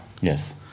Yes